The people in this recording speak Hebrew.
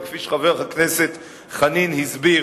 וכפי שחבר הכנסת חנין הסביר,